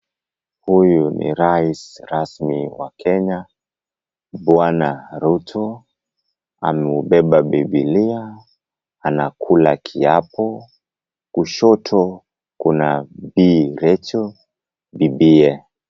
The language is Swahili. Huyu ni rais rasmi wa Kenya Bw. Ruto, anabeba Biblia, anakula kiapo . Kushoto kuna Bi Rachel, bibiye.